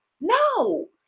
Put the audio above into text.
no